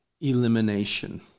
elimination